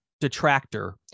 detractor